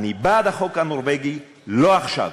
אני בעד החוק הנורבגי, לא עכשיו,